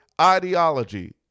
ideology